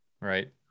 right